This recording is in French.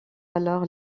alors